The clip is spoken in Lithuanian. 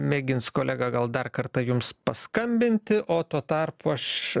mėgins kolega gal dar kartą jums paskambinti o tuo tarpu aš